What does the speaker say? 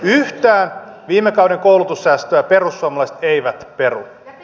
yhtään viime kauden koulutussäästöä perussuomalaiset eivät peru